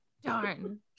Darn